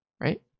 right